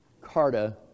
Carta